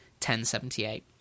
1078